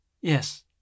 Yes